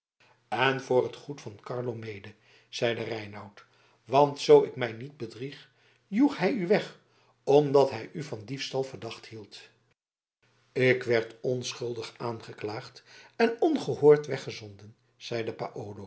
en voor het goed van carlo mede zeide reinout want zoo ik mij niet bedrieg joeg hij u weg omdat hij u van diefstal verdacht hield ik werd onschuldig aangeklaagd en ongehoord weggezonden zeide paolo